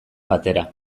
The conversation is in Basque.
batera